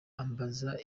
ambaza